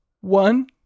one